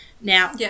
now